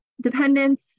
dependence